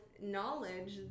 knowledge